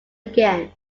again